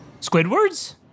Squidwards